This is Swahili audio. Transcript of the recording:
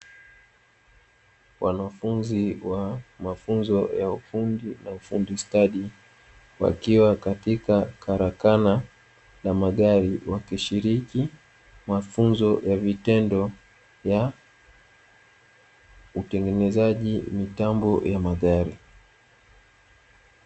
Wanafunzi wa mafunzo ya ufundi ya ufundi stadi, wakiwa katika karakana na magari wakishiriki mafunzo ya vitendo ya utengenezaji mitambo ya magari.